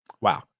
Wow